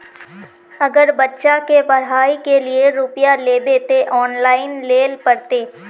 अगर बच्चा के पढ़ाई के लिये रुपया लेबे ते ऑनलाइन लेल पड़ते?